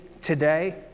today